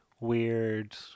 weird